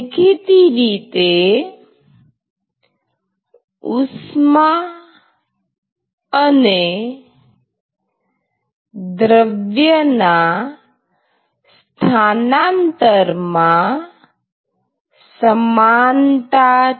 દેખીતી રીતે ઉષ્મા અને દ્રવ્યના સ્થાનાંતર માં સમાનતા છે